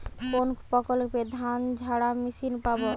কোনপ্রকল্পে ধানঝাড়া মেশিন পাব?